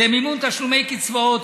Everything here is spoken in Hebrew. זה מימון תשלומי קצבאות,